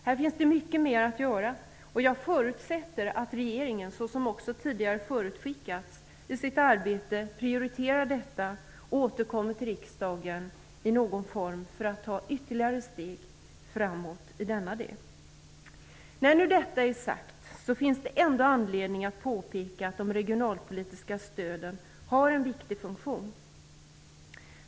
Här finns det mycket mer att göra, och jag förutsätter att regeringen, som tidigare förutskickats, i sitt arbete prioriterar detta och återkommer till riksdagen i någon form för att ta ytterligare steg framåt i denna del. När nu detta är sagt, finns det ändå anledning att påpeka att de regionalpolitiska stöden har en viktig funktion.